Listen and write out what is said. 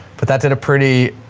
but that did a pretty,